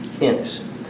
innocent